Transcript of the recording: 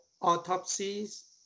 autopsies